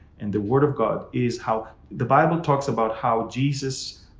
and the word of god is how the bible talks about how jesus,